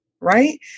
Right